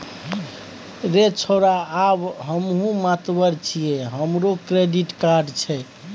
रे छौड़ा आब हमहुँ मातबर छियै हमरो क्रेडिट कार्ड छै